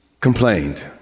complained